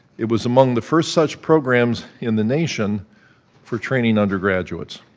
it was among the first such programs in the nation for training undergraduates.